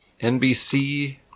NBC